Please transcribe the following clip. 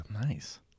Nice